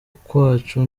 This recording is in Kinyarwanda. kwacu